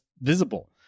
visible